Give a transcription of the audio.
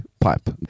pipe